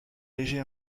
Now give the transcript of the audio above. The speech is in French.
léger